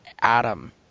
Adam